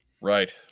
right